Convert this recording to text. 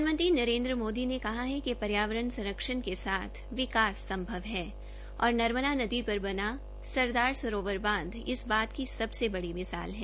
प्रधानमंत्री नरेन्द्र मोदी ने कहा है कि पर्यावरण संरक्षण के साथ विकास संभव है और नर्मदा नदी पर बना सरदार सरोवर बांध इस बात की सबसे बड़ी मिसाल है